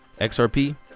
XRP